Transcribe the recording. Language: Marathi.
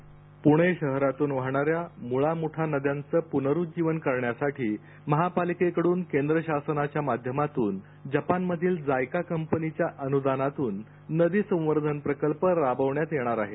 स्क्रिप्ट प्रणे शहरातून वाहणाऱ्या म्रळा म्रठा नद्यांचे प्नरुज्जीवन करण्यासाठी महापालिकेकड्न केंद्र शासनाच्या माध्यमातून जपानमधील जायका कंपनीच्या अनुदानातून नदी संवर्धन प्रकल्प राबवण्यात येणार आहे